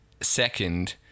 second